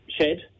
shed